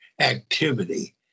activity